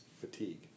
fatigue